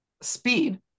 speed